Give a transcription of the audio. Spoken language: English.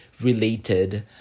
related